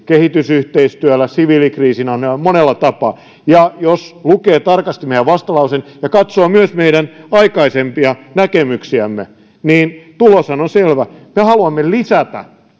kehitysyhteistyöllä siviilikriisinhallinnalla monella tapaa ja jos lukee tarkasti meidän vastalauseemme ja katsoo myös meidän aikaisempia näkemyksiämme niin tuloshan on selvä me haluamme lisätä me